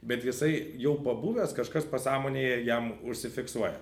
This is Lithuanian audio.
bet jisai jau pabuvęs kažkas pasąmonėje jam užsifiksuoja